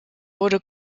wurde